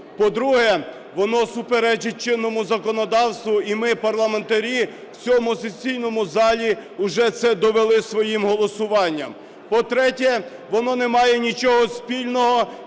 По-друге, воно суперечить чинному законодавству, і ми, парламентарі, в цьому сесійному залі вже це довели своїм голосуванням. По-третє, воно не має нічого спільного